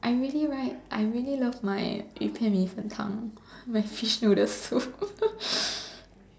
I really right I really love my 鱼片米粉汤 my fish noodle soup